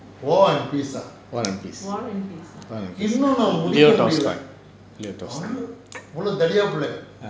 war and peace war and peace